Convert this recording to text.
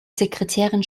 sekretärin